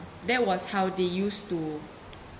that was how they used to